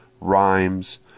rhymes